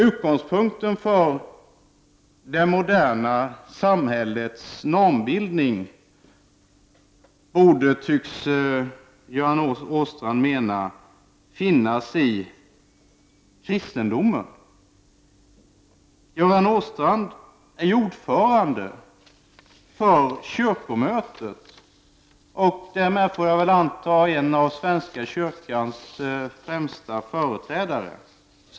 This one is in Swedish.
Utgångspunkten för det moderna samhällets normbildning borde finnas i kristendomen, tycks Göran Åstrand mena. Göran Åstrand är ju ordförande för kyrkomötet och därmed, får jag anta, en av svenska kyrkans främsta företrädare.